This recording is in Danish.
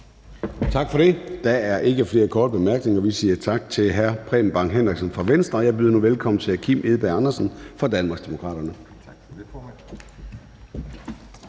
Tak for det. Der er ikke flere korte bemærkninger. Vi siger tak til hr. Preben Bang Henriksen fra Venstre, og jeg byder nu velkommen til hr. Kim Edberg Andersen fra Danmarksdemokraterne.